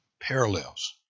parallels